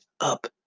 up